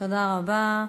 תודה רבה.